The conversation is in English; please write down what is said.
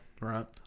Right